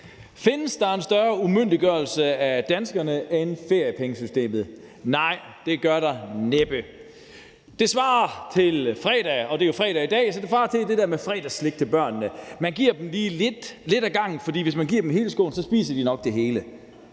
Findes der en større umyndiggørelse af danskerne end via feriepengesystemet? Nej, det gør der næppe. Det svarer til det der med fredagsslik til børnene – og det er jo fredag i dag – hvor man lige giver dem lidt ad gangen, for hvis man giver dem hele skålen, så spiser de nok det hele.